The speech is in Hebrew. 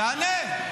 תענה.